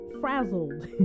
frazzled